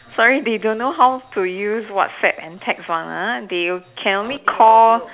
sorry they don't know how to use WhatsApp and text one ah they can only Call